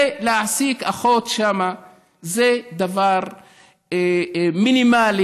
ולהעסיק אחות שם זה דבר מינימלי,